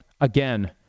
again